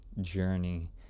journey